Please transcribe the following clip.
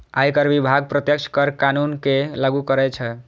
आयकर विभाग प्रत्यक्ष कर कानून कें लागू करै छै